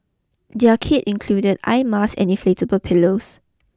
their kit included eye masks and inflatable pillows